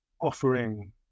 offering